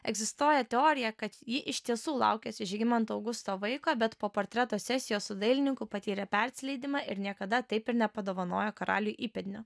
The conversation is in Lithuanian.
egzistuoja teorija kad ji iš tiesų laukiasi žygimanto augusto vaiko bet po portreto sesijos su dailininku patyrė persileidimą ir niekada taip ir nepadovanojo karaliui įpėdinio